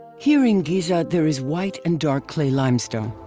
here in giza there is white and dark clay limestone.